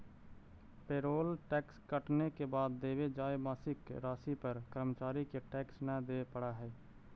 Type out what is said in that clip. payroll tax कटने के बाद देवे जाए मासिक राशि पर कर्मचारि के टैक्स न देवे पड़ा हई